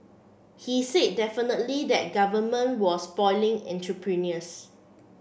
he said definitively that Government was spoiling entrepreneurs